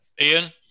Ian